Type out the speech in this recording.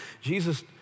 Jesus